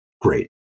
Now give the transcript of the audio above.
great